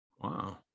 Wow